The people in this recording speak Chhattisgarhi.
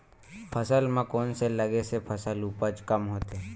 फसल म कोन से लगे से फसल उपज कम होथे?